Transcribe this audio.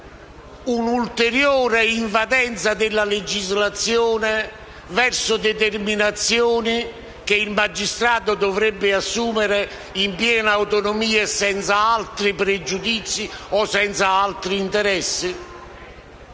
un'ulteriore invadenza della legislazione verso determinazioni che il magistrato dovrebbe assumere in piena autonomia e senza altri pregiudizi o interessi?